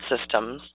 systems